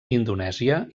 indonèsia